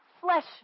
flesh